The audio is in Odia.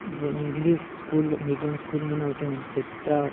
ଇଟା ଇଂଲିଶ୍ ସ୍କୁଲ୍ ମିଡ଼ିୟମ୍ ସ୍କୁଲ୍ମାନେ ଅଛନ୍ ସେଟା